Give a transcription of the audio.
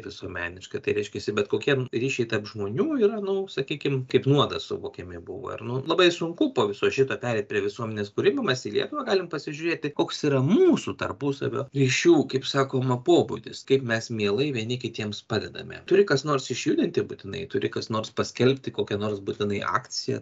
visuomeniška tai reiškiasi bet kokie ryšiai tarp žmonių yra nu sakykim kaip nuodas suvokiami buvo ar nu labai sunku po viso šito pereit prie visuomenės kūrimo mes į lietuvą galim pasižiūrėti koks yra mūsų tarpusavio ryšių kaip sakoma pobūdis kaip mes mielai vieni kitiems padedame turi kas nors išjudinti būtinai turi kas nors paskelbti kokią nors būtinai akciją